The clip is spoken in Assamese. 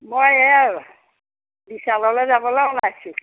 মই এয়া বিশাললৈ যাবলৈ ওলাইছোঁ